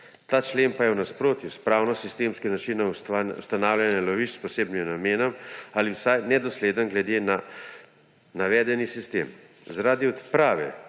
Ta člen pa je v nasprotju s pravnosistemskim načinom ustanavljanja lovišč s posebnim namenom ali vsaj nedosleden glede na navedeni sistem.